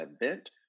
event